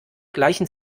gleichen